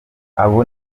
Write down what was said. abo